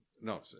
No